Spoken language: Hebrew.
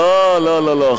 לא, לא, לא.